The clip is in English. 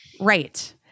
Right